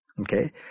okay